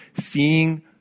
seeing